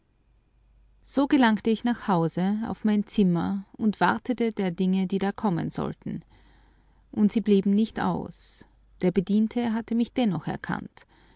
so gelangte ich nach hause auf mein zimmer und wartete der dinge die da kommen sollten und sie blieben nicht aus der bediente hatte mich dennoch erkannt